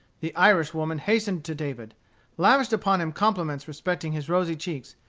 the irish woman hastened to david lavished upon him compliments respecting his rosy cheeks,